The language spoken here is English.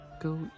Go